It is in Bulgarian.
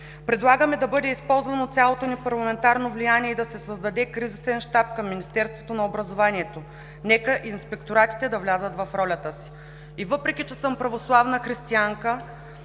Предлагаме да бъде използвано цялото ни парламентарно влияние и да се създаде кризисен щаб към Министерството на образованието. Нека инспекторатите да влязат в ролята си. И въпреки че съм православна християнка,